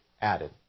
added